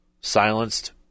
silenced